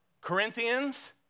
Corinthians